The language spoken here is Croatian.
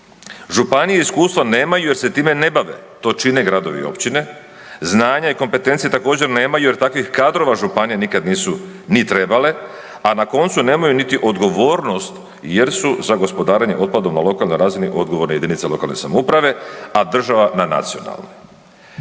Županije iskustva nemaju jer se time ne bave, to čine gradovi i općine, znanja i kompetencije također nemaju jer takvih kadrova županije nikad nisu ni trebale, a na koncu nemaju niti odgovornost jer su za gospodarenje otpadom na lokalnoj razini odgovorne jedinice lokalne samouprave, a država na nacionalnoj.